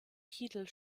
titel